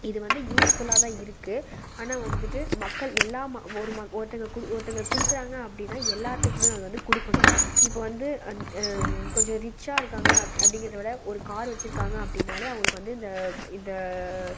இது வந்து யூஸ்ஃபுல்லாக தான் இருக்குது ஆனால் வந்துட்டு மக்கள் எல்லாம் ம ஒரு ம ஒருத்தங்க கொடு ஒருத்தங்கள கொடுக்குறாங்க அப்படினா எல்லாத்துக்குமே அது வந்து கொடுக்கணும் இப்போது வந்து அந் கொஞ்சம் ரிச்சாக இருக்காங்க அப்படிங்கிறத விட ஒரு கார் வச்சிருக்காங்க அப்படினாலே அவங்களுக்கு வந்து இந்த இந்த